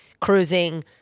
cruising